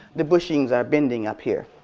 the bushings are bending up here.